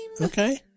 Okay